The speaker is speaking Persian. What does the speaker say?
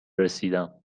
رسیدم